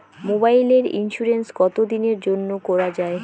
মোবাইলের ইন্সুরেন্স কতো দিনের জন্যে করা য়ায়?